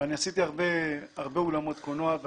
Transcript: ועשיתי הרבה אולמות קולנוע.